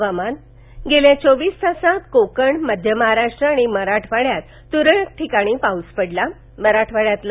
हवामान गेल्या चोवीस तासांत कोकणमध्य महाराष्ट्र आणि मराठवाड्यात तुरळक ठिकाणी पाऊस पडलामराठवाड्यातील